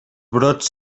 brots